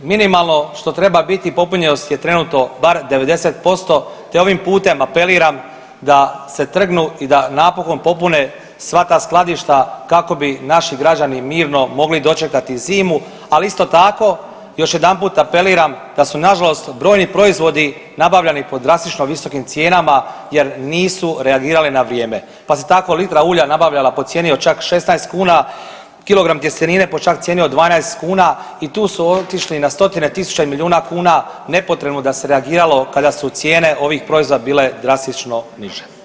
Minimalno što treba biti popunjenost je trenutno bar 90% te ovim putem apeliram da se trgnu i da napokon popune sva ta skladišta kako bi naši građani mirno mogli dočekati zimu, ali isto tako, još jedanput apeliram da su nažalost brojni proizvodi nabavljani po drastično visokim cijenama jer nisu reagirali na vrijeme pa se tako litra ulja nabavljala po cijeni od čak 16 kuna, kilogram tjestenine po čak cijeni od 12 kuna i tu su otišli na stotine tisuća i milijuna kuna, nepotrebno da se reagiralo kada su cijene ovih proizvoda bile drastično niže.